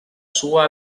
sua